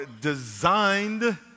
designed